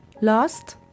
lost